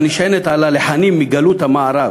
הנשענת על הלחנים מגלות המערב,